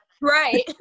Right